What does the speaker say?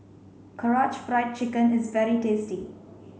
Karaage Fried Chicken is very tasty